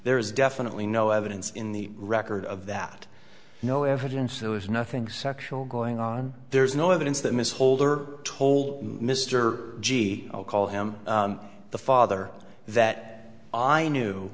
there is definitely no evidence in the record of that no evidence there was nothing sexual going on there is no evidence that ms holder told mr g i'll call him the father that i knew